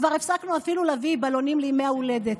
כבר הפסקנו אפילו להביא בלונים לימי הולדת.